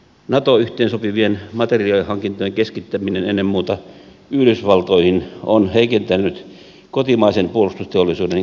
nato yhteensopivien materiaalihankintojen keskittäminen ennen muuta yhdysvaltoihin on heikentänyt kotimaisen puolustusteollisuuden kehittämisnäkymiä